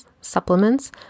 supplements